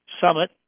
Summit